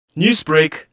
Newsbreak